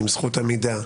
עם זכות עמידה,